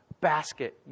basket